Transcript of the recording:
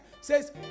says